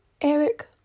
Eric